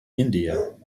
india